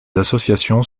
associations